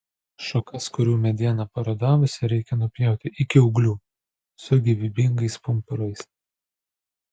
šakas kurių mediena parudavusi reikia nupjauti iki ūglių su gyvybingais pumpurais